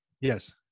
Yes